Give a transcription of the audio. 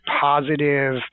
positive